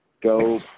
Go